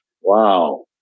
Wow